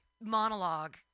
monologue